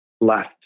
left